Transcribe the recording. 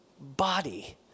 body